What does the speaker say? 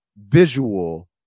visual